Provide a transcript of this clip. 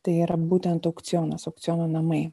tai yra būtent aukcionas aukciono namai